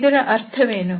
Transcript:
ಇದರ ಅರ್ಥವೇನು